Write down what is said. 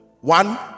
One